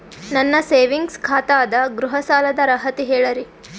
ನನ್ನ ಸೇವಿಂಗ್ಸ್ ಖಾತಾ ಅದ, ಗೃಹ ಸಾಲದ ಅರ್ಹತಿ ಹೇಳರಿ?